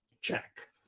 check